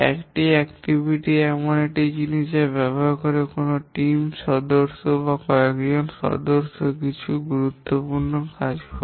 একটি কার্যকলাপ এমন একটি জিনিস যা ব্যবহার করে কোনও টিম সদস্য বা কয়েকজন সদস্য কিছু গুরুত্বপূর্ণ কাজ করে